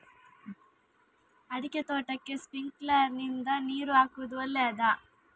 ಅಡಿಕೆ ತೋಟಕ್ಕೆ ಸ್ಪ್ರಿಂಕ್ಲರ್ ನಿಂದ ನೀರು ಹಾಕುವುದು ಒಳ್ಳೆಯದ?